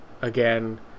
again